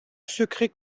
secret